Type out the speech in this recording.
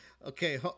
Okay